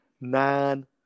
nine